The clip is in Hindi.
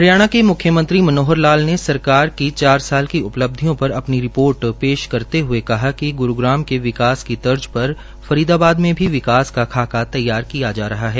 हरियाणा में मुख्यमंत्री मनोहर लाल ने सरकार की चार साल की उपलिब्धयों पर अपनी रिपोर्ट पेश करते हये कहा है कि ग्रूग्राम के विकास की तर्जपर फरीदाबाद में भी विकास का खाका तैयार किया जा रहा है